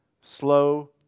slow